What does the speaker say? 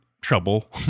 trouble